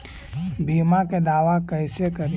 बीमा के दावा कैसे करी?